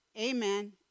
Amen